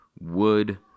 Wood